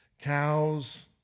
Cows